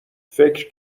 فکر